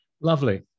Lovely